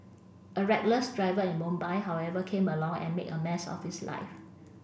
a reckless driver in Mumbai however came along and made a mess of his life